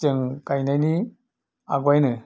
जों गायनायनि आवगायनो